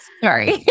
Sorry